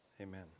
Amen